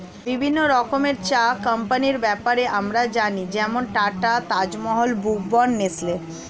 বিভিন্ন রকমের চা কোম্পানির ব্যাপারে আমরা জানি যেমন Tata, Taj Mahal, Brooke Bond, Nestle